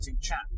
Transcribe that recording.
chat